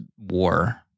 war